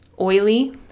oily